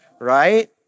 right